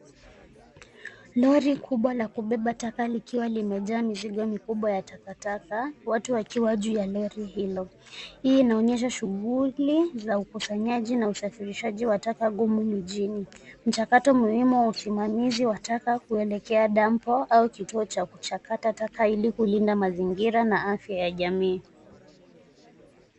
Lori kubwa la kubebea taka likiwa limejaa mizigo mikubwa ya taka taka watu wakiwa juu ya Lori hilo. Hii inaonyesha shughuli za ukusanyaji na usafirishaji wa taka gumu jijini. Mchakato muhimu wa usimamizi wa taka kuelekea dampu au kituo cha kuchakatwa taka ili kulinda afya ya jamii.